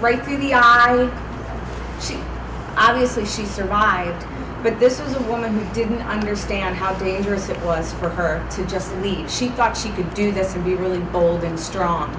right through the oddly she obviously she survived but this is a woman who didn't understand how dangerous it was for her to just leave she thought she could do this and be really bold and strong